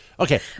Okay